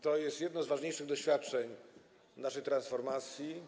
To jest jedno z ważniejszych doświadczeń naszej transformacji.